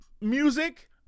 music